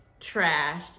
trashed